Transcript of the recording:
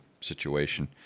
situation